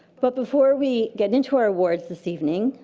but before we get into our awards this evening,